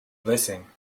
blessing